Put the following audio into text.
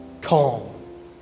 calm